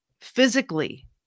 physically